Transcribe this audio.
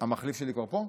המחליף שלי כבר פה?